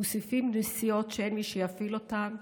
מוסיפים נסיעות שאין מי שיפעיל אותן,